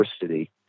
diversity